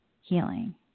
healing